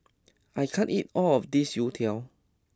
I can't eat all of this Youtiao